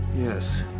Yes